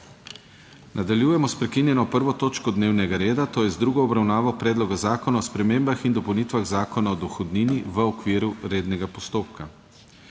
**Nadaljujemo s****prekinjeno 1. točko dnevnega reda, to je z drugo obravnavo Predloga zakona o spremembah in dopolnitvah Zakona o dohodnini v okviru rednega postopka.**